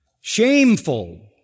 shameful